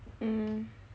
mm